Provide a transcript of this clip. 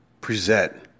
present